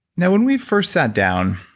now when we first sat down,